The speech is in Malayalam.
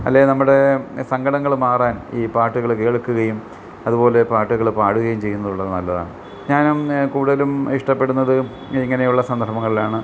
അല്ലെൽ നമ്മുടെ സങ്കടങ്ങള് മാറാൻ ഈ പാട്ടുകള് കേൾക്കുകയും അതുപോലെ പാട്ടുകള് പാടുകയും ചെയ്യും എന്നുള്ളത് നല്ലതാണ് ഞാനും കൂടുതലും ഇഷ്ടപ്പെടുന്നത് ഇങ്ങനെയുള്ള സന്ദർഭങ്ങളിലാണ്